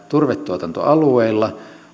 turvetuotantoalueille